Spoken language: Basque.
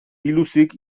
biluzik